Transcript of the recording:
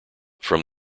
from